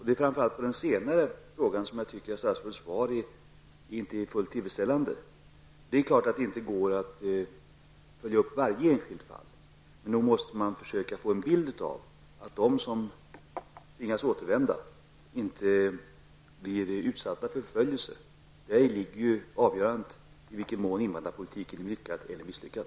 Det är framför allt statsrådets svar på den senare frågan som jag inte tycker är fullt tillfredsställande. Det är klart att det inte går att följa upp varje enskilt fall, men nog måste man försöka skapa sig en bild av problemet så att dom som tvingas återvända inte blir utsatta för förföljelse. Häri ligger avgörandet huruvida invandrarpolitiken blir lyckad eller misslyckad.